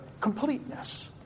Completeness